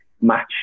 match